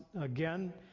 again